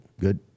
Good